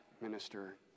minister